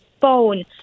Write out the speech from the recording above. phone